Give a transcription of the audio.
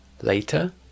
Later